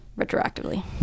retroactively